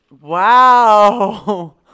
Wow